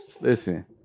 Listen